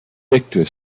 victor